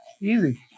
Easy